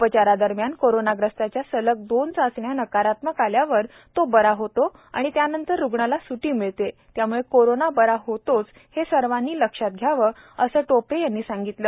उपचारादरम्यान कोरोनाग्रस्ताच्या सलग दोन चाचण्या नकारात्मक आल्यावर तो बरा होतो आणि त्यानंतर रुग्णाला स्टी मिळते त्यामुळे कोरोना बरा होतोच हे सर्वांनी लक्षात घ्यावं असं टोपे यांनी सांगितलं